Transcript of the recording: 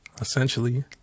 essentially